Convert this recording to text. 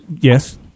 yes